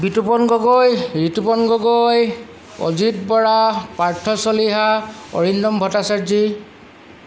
Bitupan Gogoi Ritupan Gogoi Ajit Bora Partha Chaliha Arindam Bhattacharya